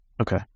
Okay